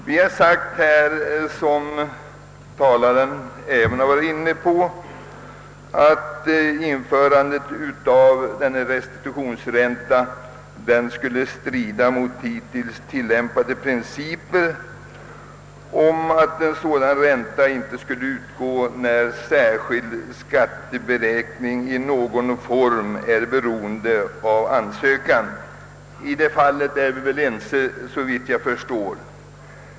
Vi har, såsom den föregående talaren även var inne på, sagt att det ifrågasatta införandet av restitutionsränta skulle »strida mot hittills tillämpade principer, nämligen att sådan ränta inte utgår, när särskild skatteberäkning i någon form är beroende av ansökan». Därvidlag är vi väl ense, såvitt jag förstår.